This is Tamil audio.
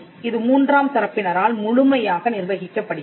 இது மூன்றாம் தரப்பினரால் முழுமையாக நிர்வகிக்கப்படுகிறது